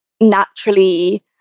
naturally